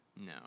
No